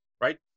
right